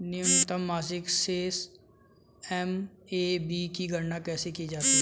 न्यूनतम मासिक शेष एम.ए.बी की गणना कैसे की जाती है?